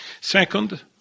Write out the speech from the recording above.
Second